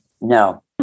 No